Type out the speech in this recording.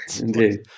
Indeed